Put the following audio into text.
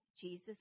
Jesus